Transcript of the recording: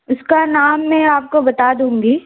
उसका नाम मैं आपको बता दूँगी